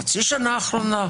חצי שנה אחרונה?